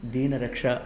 दीनरक्षा